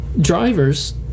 drivers